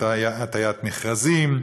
הטיית מכרזים,